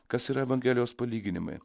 kas yra evangelijos palyginimai